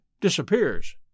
disappears